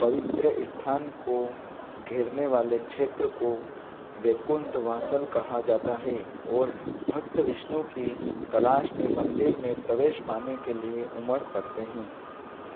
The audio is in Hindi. पवित्र स्थान को घेरने वाले क्षेत्र को वैकुंठ वासल कहा जाता है और भक्त विष्णु की तलाश में मंदिर में प्रवेश पाने के लिए उमड़ पड़ते हैं